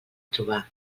trobar